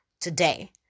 today